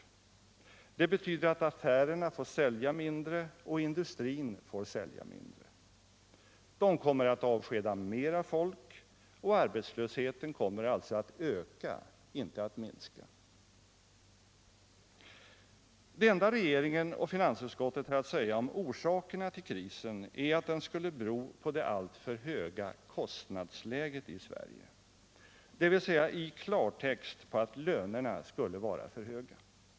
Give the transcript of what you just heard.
Det sägs vara betyder att affärerna får sälja mindre och att industrin får sälja mindre. De kommer att avskeda mera folk, och arbetslösheten kommer alltså att öka, inte att minska. Det enda regeringen och finansutskottet har att säga om orsakerna till krisen är att den skulle bero på det alltför höga kostnadsläget i Sverige, dvs. i klartext på att lönerna skulle vara för höga.